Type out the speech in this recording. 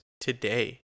today